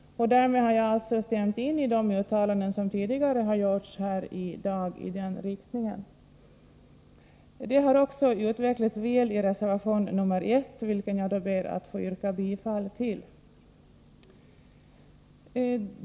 Därmed har jag alltså instämt i de uttalanden som tidigare i dag har gjorts i den riktningen. Detta har också utvecklats väl i reservation nr 1, vilken jag ber att få yrka bifall till.